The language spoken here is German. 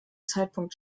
zeitpunkt